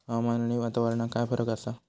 हवामान आणि वातावरणात काय फरक असा?